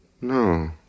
No